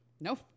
Nope